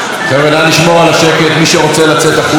מי שרוצה לצאת החוצה מוזמן ומוזמנת.